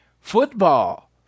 football